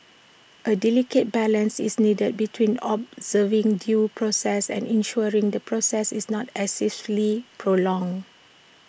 A delicate balance is needed between observing due process and ensuring the process is not excessively prolonged